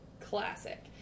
Classic